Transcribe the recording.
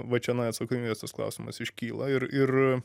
va čionai atsakomybės klausimas iškyla ir ir